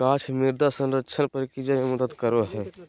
गाछ मृदा संरक्षण प्रक्रिया मे मदद करो हय